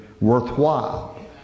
worthwhile